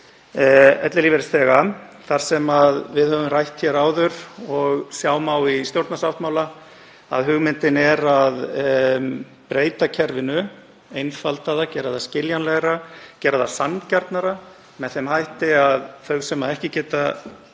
sem við höfum rætt hér áður og sjá má í stjórnarsáttmála. Hugmyndin er að breyta kerfinu, einfalda það, gera það skiljanlegra og gera það sanngjarnara með þeim hætti að þau sem ekki geta